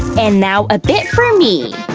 and now a bit for me,